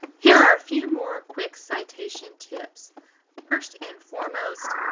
here are a few more quick citation tips first and foremost,